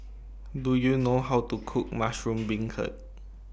Do YOU know How to Cook Mushroom Beancurd